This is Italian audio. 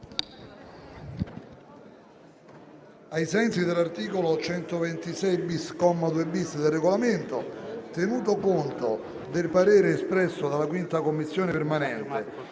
Ai sensi dell'articolo 126-*bis*, comma 2-*bis*, del Regolamento, tenuto conto del parere espresso dalla 5a Commissione permanente